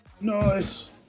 Nice